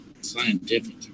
scientific